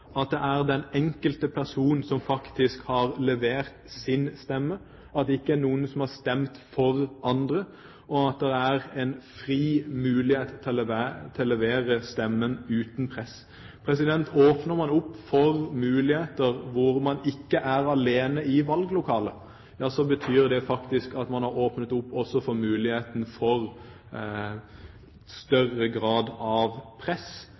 at det er den enkelte person som faktisk har levert sin stemme, at det ikke er noen som har stemt for andre, og at det er en fri mulighet til å levere stemmen uten press. Åpner man opp for muligheter hvor man ikke er alene i valglokalet, betyr det faktisk at man også har åpnet opp for muligheten for større grad av press